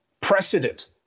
Precedent